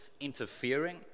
interfering